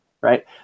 right